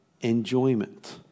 enjoyment